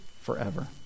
forever